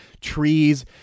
trees